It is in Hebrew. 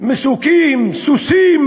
מסוקים, סוסים.